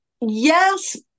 Yes